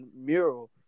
mural